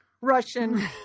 Russian